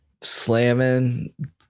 Slamming